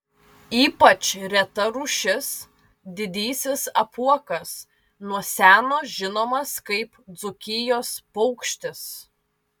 ypač reta rūšis didysis apuokas nuo seno žinomas kaip dzūkijos paukštis